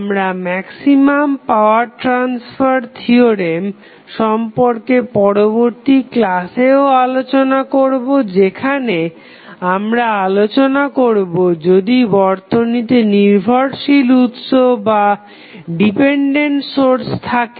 আমরা maximum power transfer theorem সম্পর্কে পরবর্তী ক্লাসেও আলোচনা করবো যেখানে আমরা আলোচনা করবো যদি বর্তনীতে নির্ভরশীল উৎস থাকে